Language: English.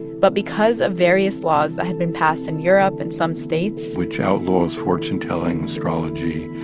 but because of various laws that had been passed in europe and some states. which outlaws fortune-telling, astrology